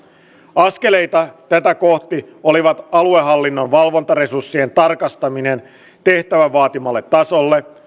askeleita tätä kohti olisivat aluehallinnon valvontaresurssien tarkistaminen tehtävän vaatimalle tasolle